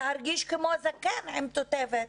להרגיש כמו זקן עם תותבת?